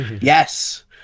Yes